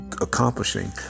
accomplishing